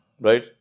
Right